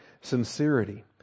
Sincerity